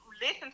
listen